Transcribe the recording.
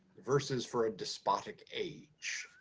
versus for a despotic age.